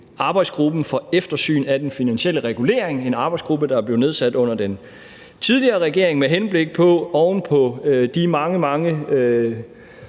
arbejdsgruppen for eftersyn af den finansielle regulering, der er en arbejdsgruppe, der blev nedsat under den tidligere regering med henblik på – oven på de mange, mange